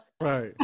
Right